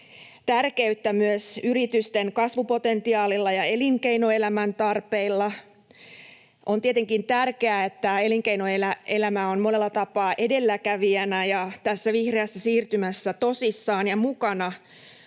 tärkeyttä myös yritysten kasvupotentiaalilla ja elinkeinoelämän tarpeilla. On tietenkin tärkeää, että elinkeinoelämä on monella tapaa edelläkävijänä ja tässä vihreässä siirtymässä tosissaan ja mukana,